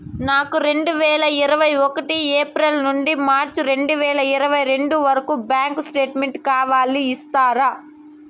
నాకు రెండు వేల ఇరవై ఒకటి ఏప్రిల్ నుండి మార్చ్ రెండు వేల ఇరవై రెండు వరకు బ్యాంకు స్టేట్మెంట్ కావాలి ఇస్తారా